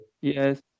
Yes